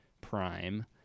prime